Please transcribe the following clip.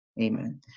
Amen